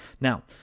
Now